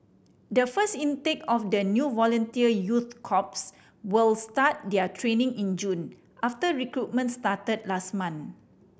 the first intake of the new volunteer youth corps will start their training in June after recruitment started last month